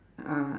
ah